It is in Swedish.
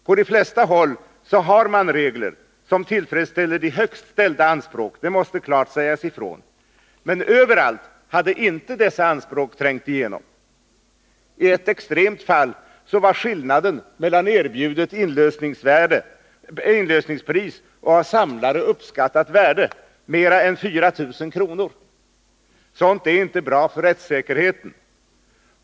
På de flesta håll hade man regler som tillfredsställde de högst ställda anspråk — det måste klart sägas ifrån — men överallt hade inte dessa anspråk trängt igenom. I ett extremt fall var skillnaden mellan erbjudet inlösningspris och av samlare uppskattat värde mer än 4000 kr. Sådant är inte bra för rättssäkerheten.